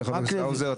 חבר הכנסת האוזר,